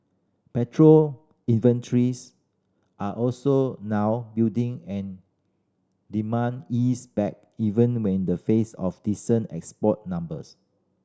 petrol inventories are also now building an demand ease back even when the face of decent export numbers